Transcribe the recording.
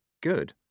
good